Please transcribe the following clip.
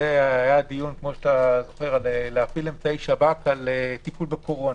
היה דיון על להפעיל אמצעי שב"כ על טיפול קורונה.